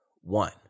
One